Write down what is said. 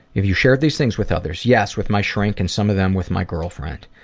have you shared these things with others? yes, with my shrink and some of them with my girlfriend.